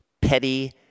petty